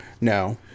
No